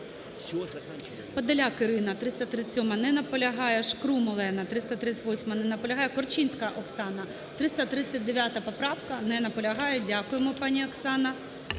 Подоляк Ірина, 337-а. Не наполягає. Шкрум Альона, 338-а. Не наполягає. Корчинська Оксана, 339 поправка. Не наполягає. Дякуємо, пані Оксана.